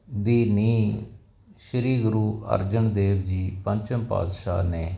ਦੀ ਨੀਂਹ ਸ਼੍ਰੀ ਗੁਰੂ ਅਰਜਨ ਦੇਵ ਜੀ ਪੰਚਮ ਪਾਤਸ਼ਾਹ ਨੇ